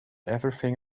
everything